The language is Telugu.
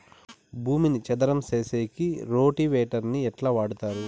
భూమిని చదరం సేసేకి రోటివేటర్ ని ఎట్లా వాడుతారు?